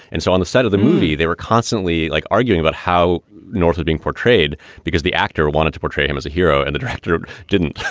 and so on the set of the movie, they were constantly like arguing about how north is being portrayed because the actor wanted to portray him as a hero and the director didn't